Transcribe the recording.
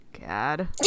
god